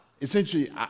essentially